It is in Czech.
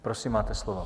Prosím, máte slovo.